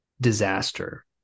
disaster